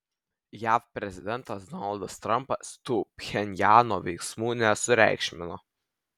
jav prezidentas donaldas trampas tų pchenjano veiksmų nesureikšmino